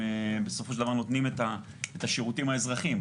בסופו של דבר נותנים את השירותים האזרחיים.